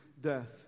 death